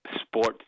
sports